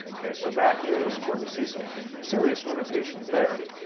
okay? so that is where we see some serious limitations there.